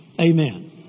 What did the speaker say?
Amen